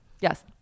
Yes